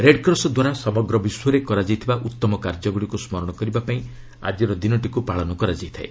red cross ଦ୍ୱାରା ସମଗ୍ର ବିଶ୍ୱରେ କରାଯାଇଥିବା ଉତ୍ତମ କାର୍ଯ୍ୟଗୁଡ଼ିକୁ ସ୍କରଣ କରିବା ପାଇଁ ଆକି ଦିନଟିକୁ ପାଳନ କରାଯାଇଥାଏ